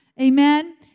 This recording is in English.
Amen